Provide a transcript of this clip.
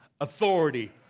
authority